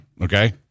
Okay